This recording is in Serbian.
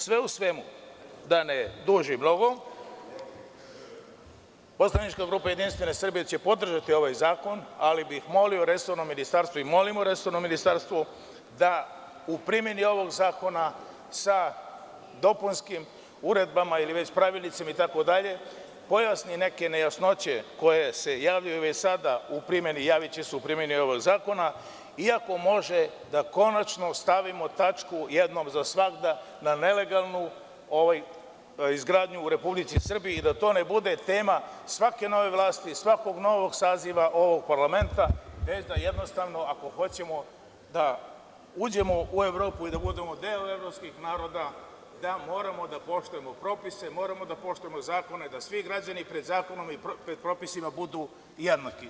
Sve u svemu, da ne dužim mnogo, poslanička grupa JS će podržati ovaj zakon, ali bih molio resorno ministarstvo i molimo resorno ministarstvo da u primeni ovog zakona sa dopunskim uredbama ili već pravilnicima, itd, pojasni neke nejasnoće koje se javljaju već sada u primeni, javiće se u primeni ovog zakona i ako može da konačno stavimo tačku jednom za svagda na nelegalnu izgradnju u Republici Srbiji i da to ne bude tema svake nove vlasti, svakog novog saziva ovog parlamenta, već da jednostavno ako hoćemo da uđemo u Evropu i da budemo deo evropskih naroda, da moramo da poštujemo propise, moramo da poštujemo zakone, da svi građani pred zakonom i pred propisima budu jednaki.